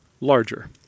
larger